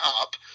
up